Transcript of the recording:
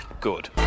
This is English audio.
Good